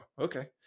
okay